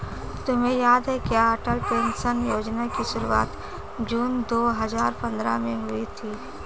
तुम्हें याद है क्या अटल पेंशन योजना की शुरुआत जून दो हजार पंद्रह में हुई थी?